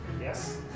Yes